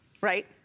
right